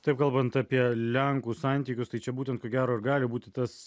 taip kalbant apie lenkų santykius tai čia būtent ko gero ir gali būti tas